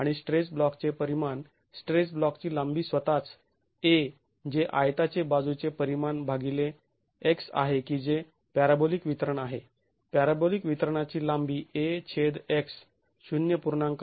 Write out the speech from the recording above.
आणि स्ट्रेस ब्लॉकचे परिमाण स्ट्रेस ब्लॉक ची लांबी स्वतःच a जे आयताचे बाजूचे परिमाण भागिले x आहे की जे पॅराबोलीक वितरण आहे पॅराबोलीक वितरणाची लांबी a छेद x ०